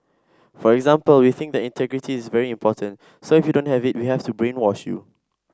for example we think that integrity is very important so if you don't have it we have to brainwash you